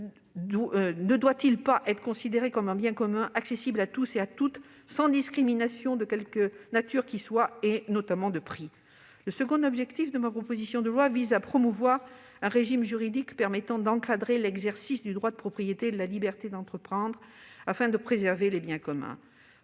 ne doit-il pas être considéré comme un bien commun accessible à tous, sans discrimination de quelque nature que ce soit, notamment de prix ? Le deuxième objectif de ma proposition de loi est de promouvoir un régime juridique permettant d'encadrer l'exercice du droit de propriété et de la liberté d'entreprendre, afin de préserver les biens communs.